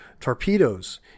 Torpedoes